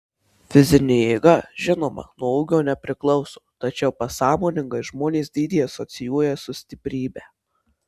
fizinė jėga žinoma nuo ūgio nepriklauso tačiau pasąmoningai žmonės dydį asocijuoja su stiprybe